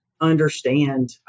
understand